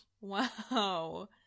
Wow